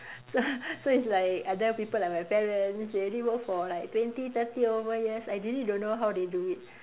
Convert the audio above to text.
so so it's like I tell people like my parents they already work for like twenty thirty over years I really need to know how they do it